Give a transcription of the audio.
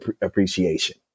appreciation